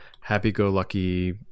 happy-go-lucky